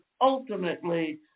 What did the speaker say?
ultimately